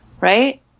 right